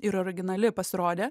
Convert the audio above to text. ir originali pasirodė